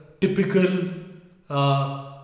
typical